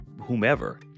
whomever